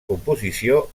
composició